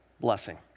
blessing